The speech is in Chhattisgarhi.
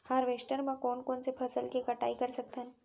हारवेस्टर म कोन कोन से फसल के कटाई कर सकथन?